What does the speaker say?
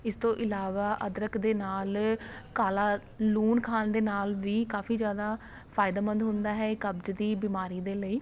ਇਸ ਤੋਂ ਇਲਾਵਾ ਅਦਰਕ ਦੇ ਨਾਲ ਕਾਲਾ ਲੂਣ ਖਾਣ ਦੇ ਨਾਲ ਵੀ ਕਾਫੀ ਜ਼ਿਆਦਾ ਫਾਇਦੇਮੰਦ ਹੁੰਦਾ ਹੈ ਇਹ ਕਬਜ਼ ਦੀ ਬਿਮਾਰੀ ਦੇ ਲਈ